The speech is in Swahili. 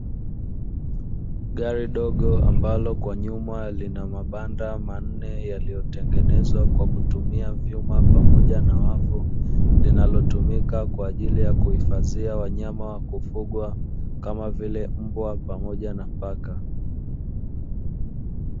Gari dogo ambalo kwa nyuma lina mabanda manne yaliyotengenezwa kwa kutumia vyuma pamoja na wavu linalotumika kwa ajili ya kuhifadhia wanyama wa kufugwa kama vile mbwa pamoja na paka.